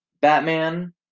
Batman